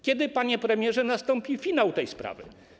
Kiedy, panie premierze, nastąpi finał tej sprawy?